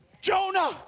Jonah